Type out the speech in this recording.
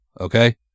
okay